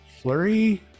Flurry